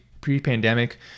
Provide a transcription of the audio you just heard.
pre-pandemic